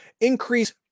increase